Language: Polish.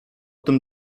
tym